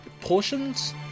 portions